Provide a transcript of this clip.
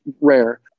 rare